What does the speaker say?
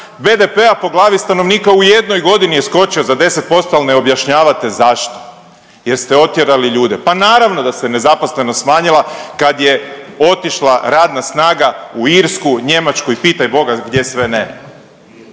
BDP-a po glavi stanovnika u jednoj godini je skočio za 10% al ne objašnjavate zašto jer ste otjerali ljude. Pa naravno da se nezaposlenost smanjila kad je otišla radna snaga u Irsku, Njemačku i pitaj boga gdje sve ne.